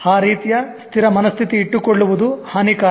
ಆ ರೀತಿಯ ಸ್ಥಿರ ಮನಸ್ಥಿತಿ ಇಟ್ಟುಕೊಳ್ಳುವುದು ಹಾನಿಕಾರಕ